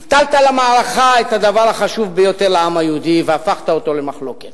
הטלת למערכה את הדבר החשוב ביותר לעם היהודי והפכת אותו למחלוקת.